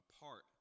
apart